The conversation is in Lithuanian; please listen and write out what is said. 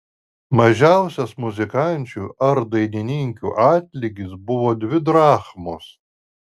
mažiausias muzikančių ar dainininkių atlygis buvo dvi drachmos